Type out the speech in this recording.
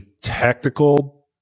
tactical